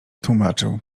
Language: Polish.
tłumaczył